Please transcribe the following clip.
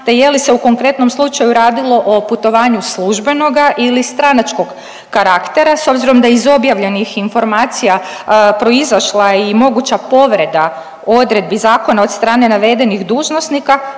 te je li se u konkretnom slučaju radilo o putovanju službenoga ili stranačkog karaktera s obzirom da iz objavljenih informacija proizašla je i moguća povreda odredbi zakona od strane navedenih dužnosnika,